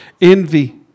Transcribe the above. envy